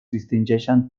distingeixen